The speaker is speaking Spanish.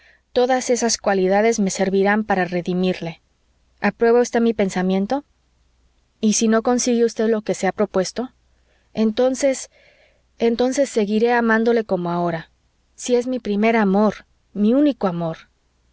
todas esas cualidades me servirán para redimirle aprueba usted mi pensamiento y si no consigue usted lo que se ha propuesto entonces entonces seguiré amándole como ahora si es mi primer amor mi único amor